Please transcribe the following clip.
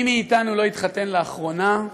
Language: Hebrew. מי מאתנו לא התחתן לאחרונה,